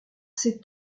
c’est